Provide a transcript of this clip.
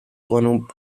con